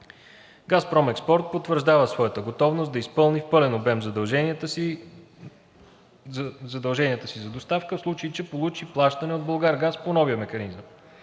„Газпром Експорт“ потвърждава своята готовност да изпълни в пълен обем задълженията си за доставка, в случай че получи плащане от „Булгаргаз“ по новия механизъм.